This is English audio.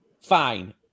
fine